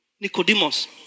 Nicodemus